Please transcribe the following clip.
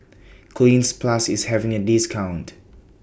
Cleanz Plus IS having A discount